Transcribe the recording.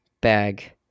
bag